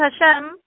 Hashem